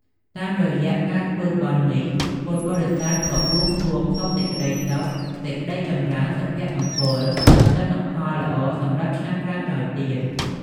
តាមរយៈការធ្វើបុណ្យនេះ ពុទ្ធបរិស័ទក៏បួងសួងសុំសេចក្តីសុខ សេចក្តីចម្រើន សុភមង្គល និងទិន្នផលល្អសម្រាប់ឆ្នាំក្រោយៗទៀត។